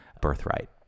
Birthright